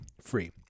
free